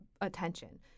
attention